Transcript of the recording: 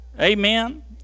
Amen